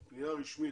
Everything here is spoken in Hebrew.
פנייה רשמית,